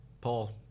Paul